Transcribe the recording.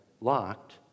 locked